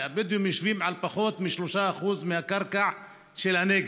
שהבדואים יושבים על פחות מ-3% מהקרקע של הנגב,